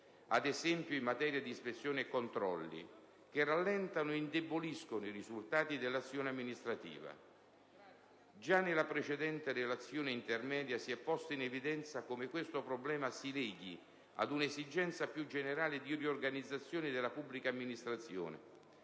ad esempio in materia di ispezioni e controlli, che rallentano e indeboliscono i risultati dell'azione amministrativa. Già nella precedente relazione intermedia si è posto in evidenza come questo problema si leghi ad una esigenza più generale di riorganizzazione della pubblica amministrazione,